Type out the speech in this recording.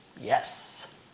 Yes